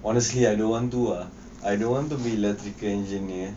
honestly I don't want to ah I don't want to be electrical engineer